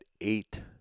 eight